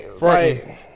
Right